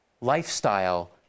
lifestyle